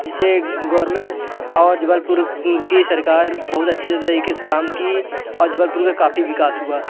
जिससे गोरमेंट और जबलपुर की सरकार बहुत अच्छी तरीके से काम की और जबलपुर का काफ़ी विकास हुआ